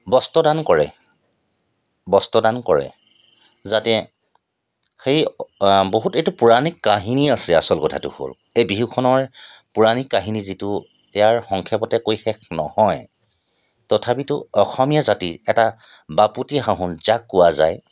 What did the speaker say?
বস্ত্ৰদান কৰে বস্ত্ৰদান কৰে যাতে সেই বহুত এইটো পৌৰাণিক কাহিনী আছে আচল কথাটো হ'ল এই বিহুখনৰ পৌৰাণিক কাহিনী যিটো ইয়াৰ সংক্ষেপতে কৈ শেষ নহয় তথাপিতো অসমীয়া জাতি এটা বাপতি সাহোন যাক কোৱা যায়